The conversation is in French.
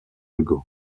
hugo